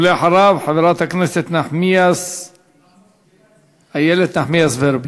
ואחריו חברת הכנסת איילת נחמיאס ורבין.